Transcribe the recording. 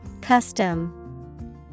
Custom